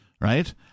right